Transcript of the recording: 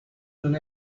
non